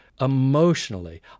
emotionally